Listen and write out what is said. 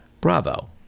bravo